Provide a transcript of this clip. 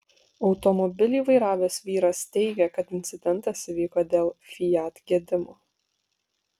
automobilį vairavęs vyras teigė kad incidentas įvyko dėl fiat gedimo